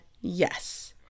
Yes